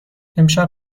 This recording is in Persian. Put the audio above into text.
امشب